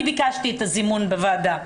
אני ביקשתי את הדיון בוועדה.